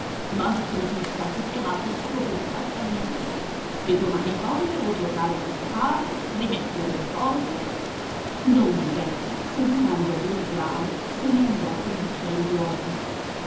mastro titta fu chiamato solo pel trattamento e domani poi devo tornare a scopare e rimettere le fodere don giuseppe seguitando a brontolare se ne andò coi bicchieri vuoti